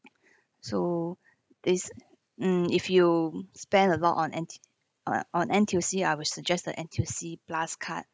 so is mm if you spend a lot on N_T uh on N_T_U_C I will suggest the N_T_U_C plus card